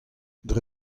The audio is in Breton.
dre